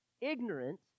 ignorant